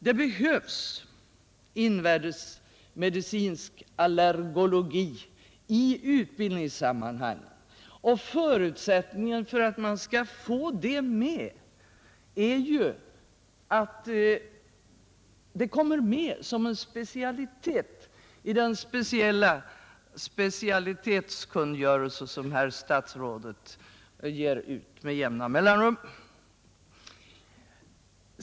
Det behövs invärtesmedicinsk allergologi i utbildningssammanhang, och förutsättningen för att man skall få det ämnet med är ju att det upptas som en specialitet i den särskilda specialitetskungörelse som herr statsrådet ger ut med jämna mellanrum.